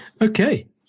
Okay